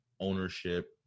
ownership